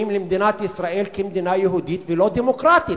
למדינת ישראל כמדינה יהודית ולא דמוקרטית",